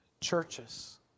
churches